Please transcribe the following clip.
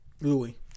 Louis